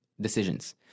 decisions